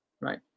right